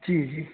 जी जी